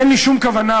אין לי שום כוונה.